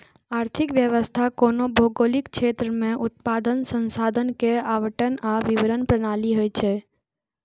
आर्थिक व्यवस्था कोनो भौगोलिक क्षेत्र मे उत्पादन, संसाधन के आवंटन आ वितरण प्रणाली होइ छै